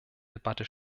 debatte